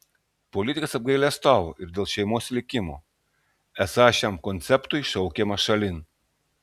politikas apgailestavo ir dėl šeimos likimo esą šiam konceptui šaukiama šalin